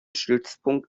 stützpunkt